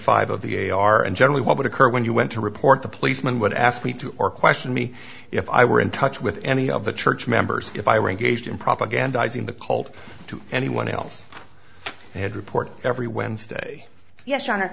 five of the a r and generally what would occur when you went to report the policeman would ask me to or question me if i were in touch with any of the church members if i were engaged in propagandizing the cult to anyone else they had report every wednesday yes hon